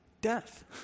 Death